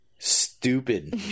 stupid